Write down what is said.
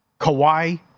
Kawhi